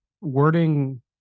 wording